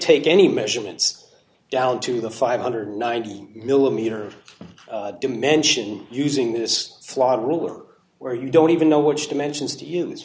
take any measurements down to the five hundred and ninety millimeter dimension using this flawed ruler where you don't even know which dimensions to use